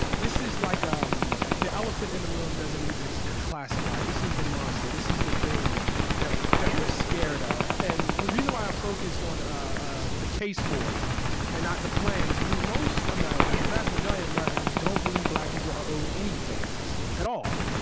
this is like um the elephant in the room doesn't even classify. this is the monster. this is the thing that that we're scared of. and the reason why i focused on ah the case for and not the plan is because most americans, the vast majority of americans, don't believe black people are owed anything at all,